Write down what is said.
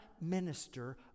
minister